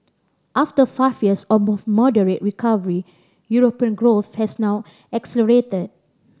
after five years of moderate recovery European growth has now accelerated